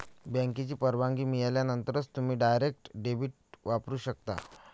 बँकेची परवानगी मिळाल्यानंतरच तुम्ही डायरेक्ट डेबिट वापरू शकता